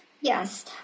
Yes